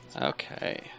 Okay